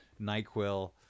NyQuil